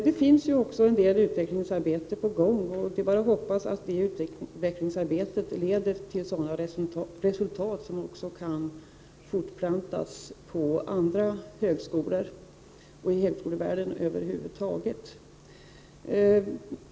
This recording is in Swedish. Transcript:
Det är också en del utvecklingsarbete på gång — det är bara att hoppas att det utvecklingsarbetet leder till sådana resultat att de kan fortplantas på andra högskolor och i högskolevärlden över huvud taget.